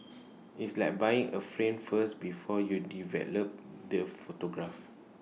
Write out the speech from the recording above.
it's like buying A frame first before you develop the photograph